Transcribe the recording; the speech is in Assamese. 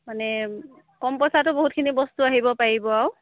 মানে কম পইচাটো বহুতখিনি বস্তু আহিব পাৰিব আৰু